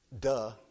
Duh